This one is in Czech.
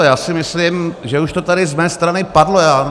Já si myslím, že už to tady z mé strany padlo.